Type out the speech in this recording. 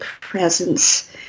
presence